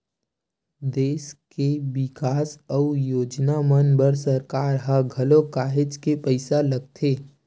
देस के बिकास अउ योजना मन बर सरकार ल घलो काहेच के पइसा लगथे